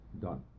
done